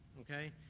okay